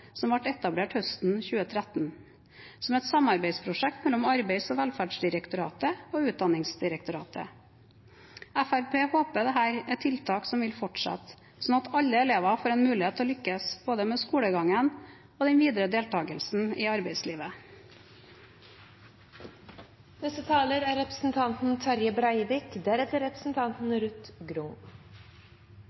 som ble etablert høsten 2013 som et samarbeidsprosjekt mellom Arbeids- og velferdsdirektoratet og Utdanningsdirektoratet. Fremskrittspartiet håper dette er tiltak som vil fortsette, slik at alle elever får muligheten til å lykkes med både skolegangen og den videre deltakelsen i